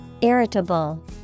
Irritable